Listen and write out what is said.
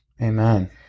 Amen